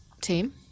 team